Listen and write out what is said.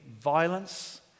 violence